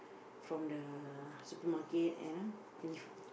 from the supermarket and know